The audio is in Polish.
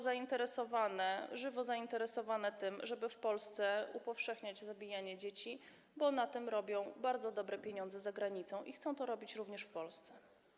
zainteresowane tym, żeby w Polsce upowszechniać zabijanie dzieci, bo na tym robią bardzo dobre pieniądze za granicą i chcą to robić również w Polsce.